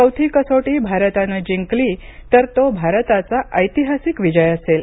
चौथी कसोटी भारतानं जिंकली तर तो भारताचा ऐतिहासिक विजय असेल